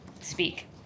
speak